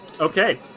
Okay